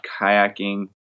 kayaking